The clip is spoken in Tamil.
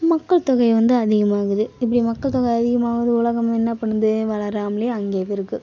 மக்கள் தொகை வந்து அதிகமாகுது இப்படி மக்கள் தொகை அதிகமாகுது உலகம் வந்து என்ன பண்ணுது வளராமலேயே அங்கைய இருக்குது